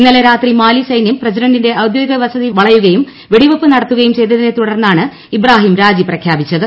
ഇന്ന്ലെ ് രാത്രി മാലി സൈനൃം പ്രസിഡന്റിന്റെ ഔദ്യോഗിക വസ്തി വളയുകയും വെടിവെപ്പ് നടത്തുകയും ചെയ്തതിര്നു തുടർന്നാണ് ഇബ്രാഹിം രാജി പ്രഖ്യാപിച്ചത്